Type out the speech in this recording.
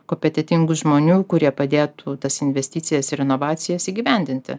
kopetentingų žmonių kurie padėtų tas investicijas ir inovacijas įgyvendinti